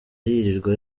yirirwa